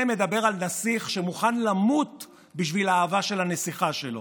זה מדבר על נסיך שמוכן למות בשביל האהבה של הנסיכה שלו,